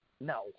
No